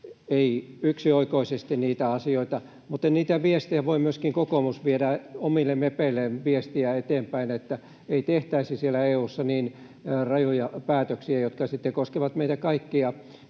ei yksioikoisesti niitä asioita, mutta niitä viestejä voi myöskin kokoomus viedä omille mepeilleen eteenpäin, että ei tehtäisi siellä EU:ssa niin rajuja päätöksiä, jotka sitten koskevat meitä kaikkia